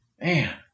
Man